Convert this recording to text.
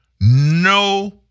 no